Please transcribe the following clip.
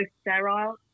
sterile